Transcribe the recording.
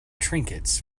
trinkets